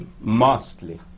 mostly